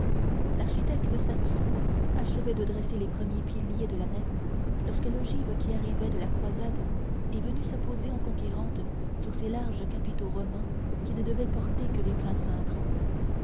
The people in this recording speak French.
l'architecte saxon achevait de dresser les premiers piliers de la nef lorsque l'ogive qui arrivait de la croisade est venue se poser en conquérante sur ces larges chapiteaux romans qui ne devaient porter que des pleins cintres